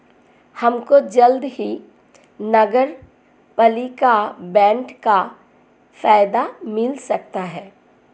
हमको जल्द ही नगरपालिका बॉन्ड का फायदा मिल सकता है